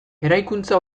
eraikuntza